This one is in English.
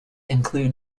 include